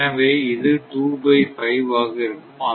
எனவே இது 2 பை 5 ஆக இருக்கும்